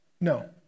No